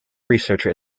researcher